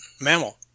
mammal